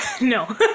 No